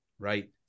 Right